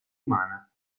umana